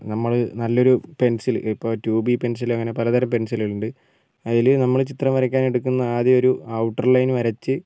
നമ്മൾ നല്ലൊരു പെൻസിൽ ഇപ്പോൾ ടു ബി പെൻസിൽ അങ്ങനെ പലതരം പെൻസിലുകളുണ്ട് അതിൽ നമ്മൾ ചിത്രം വരയ്ക്കാനെടുക്കുന്ന ആദ്യം ഒരു ഔട്ടർ ലൈൻ വരച്ച്